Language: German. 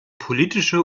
politische